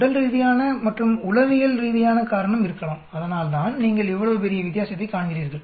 உடல்ரீதியான மற்றும் உளவியல்ரீதியான காரணம் இருக்கலாம்அதனால்தான் நீங்கள் இவ்வளவு பெரிய வித்தியாசத்தைக் காண்கிறீர்கள்